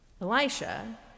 Elisha